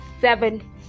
seven